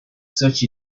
such